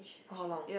how long